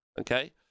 Okay